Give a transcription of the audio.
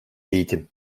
eğitim